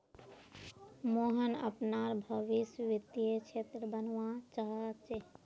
मोहन अपनार भवीस वित्तीय क्षेत्रत बनवा चाह छ